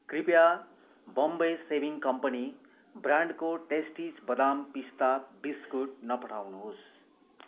कृपया Bombay saving company ब्रान्डको tasties बदाम पिस्ता बिस्कुट नपठाउनुहोस्